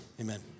amen